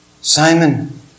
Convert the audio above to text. Simon